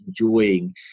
enjoying